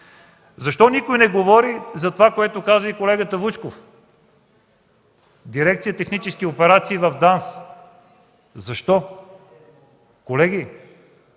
Защо никой не говори и по това, което каза и колегата Вучков – Дирекция „Технически операции” в ДАНС, защо?! Колеги,